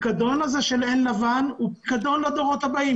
הפיקדון הזה של עין לבן הוא פיקדון לדורות הבאים.